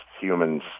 humans